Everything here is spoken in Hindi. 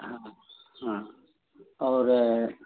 हाँ हाँ और